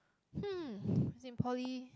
hmm as in poly